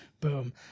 Boom